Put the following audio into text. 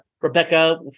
Rebecca